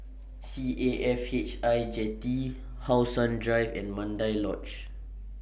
C A F H I Jetty How Sun Drive and Mandai Lodge